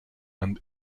and